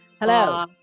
Hello